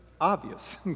obvious